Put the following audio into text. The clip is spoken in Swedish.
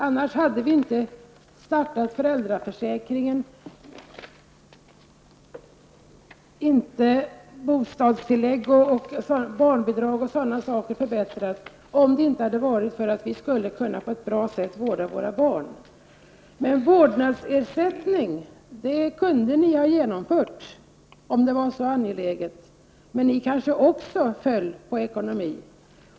Vi har infört föräldraförsäkringen, förbättrat bostadstilläggen och barnbidragen, osv. för att vi på ett bra sätt skall kunna vårda våra barn. Ni kunde ha infört vårdnadsersättningen om den hade varit så angelägen. Men ni kanske också föll på ekonomin.